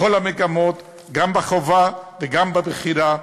בכל המגמות, גם בחובה וגם בבחירה,